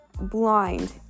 blind